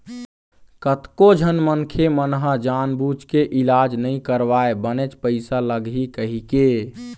कतको झन मनखे मन ह जानबूझ के इलाज नइ करवाय बनेच पइसा लगही कहिके